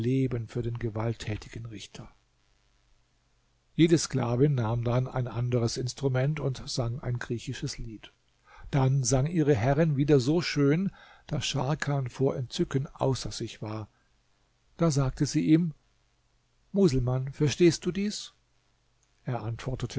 für den gewalttätigen richter jede sklavin nahm dann ein anderes instrument und sang ein griechisches lied dann sang ihre herrin wieder so schön daß scharkan vor entzücken außer sich war da sagte sie ihm muselmann verstehst du dies er antwortete